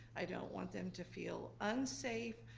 i don't want them to feel unsafe,